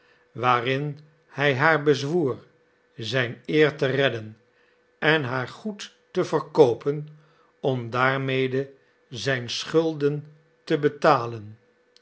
waarin hij haar bezwoer zijn eer te redden en haar goed te verkoopen om daarmede zijn schulden te betalen